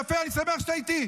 יפה, אני שמח שאתה איתי.